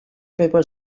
pepper